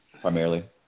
primarily